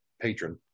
patron